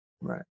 Right